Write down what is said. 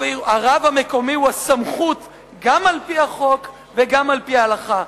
"הרב המקומי הוא הסמכות גם על-פי החוק וגם על-פי ההלכה.